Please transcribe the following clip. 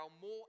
more